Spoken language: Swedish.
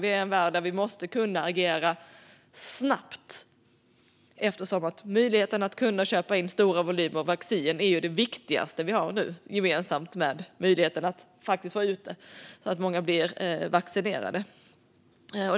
Vi är i en värld där vi måste kunna agera snabbt eftersom möjligheten att köpa in stora volymer vaccin är det viktigaste nu, liksom möjligheten att se till att många blir vaccinerade.